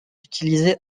utilisée